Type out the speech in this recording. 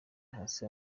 hasi